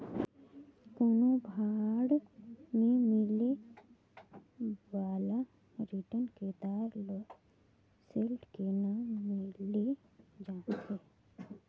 कोनो बांड मे मिले बाला रिटर्न के दर ल सील्ड के नांव ले जानथें